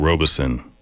Robeson